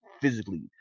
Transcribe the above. physically